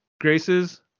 graces